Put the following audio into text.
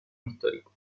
histórico